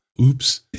Oops